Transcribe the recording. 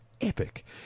epic